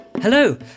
Hello